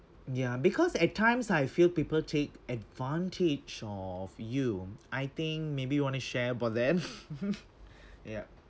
ya because at times I feel people take advantage of you I think maybe you wanna share about them yup